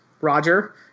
Roger